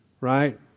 right